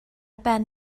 ben